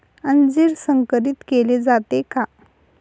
अंजीर संकरित केले जाते का?